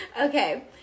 Okay